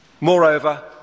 Moreover